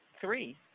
three